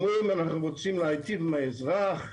אנחנו אומרים שאנחנו רוצים להיטיב עם האזרח,